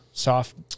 Soft